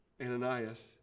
Ananias